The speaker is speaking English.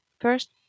First